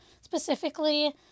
specifically